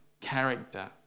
character